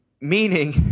Meaning